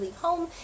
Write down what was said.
home